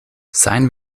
seien